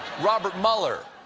robert mueller.